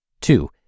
Two